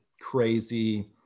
crazy